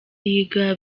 yiga